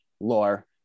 Lore